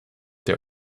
der